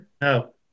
no